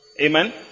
Amen